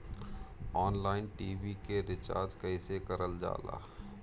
Online TV के recharge कईसे करल जाला?